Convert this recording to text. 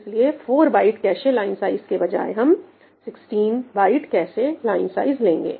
इसलिए 4 byte cache line size के बजाय हम 16 बाइट कैशे लाइन साइज लेंगे